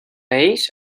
ells